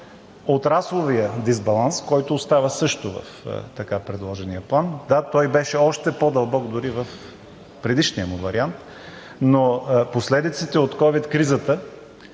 отрасловият дисбаланс, който остава също в така предложения план. Да, той беше още по-дълбок дори в предишния му вариант, но последиците от ковид кризата